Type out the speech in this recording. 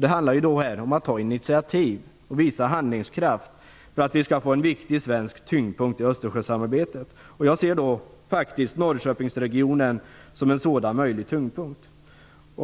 Här handlar det om att ta initiativ och visa handlingskraft för att vi skall få en viktig svensk tyngdpunkt i Östersjösamarbetet. Jag ser faktiskt Norrköpingsregionen som en möjlig sådan tyngdpunkt.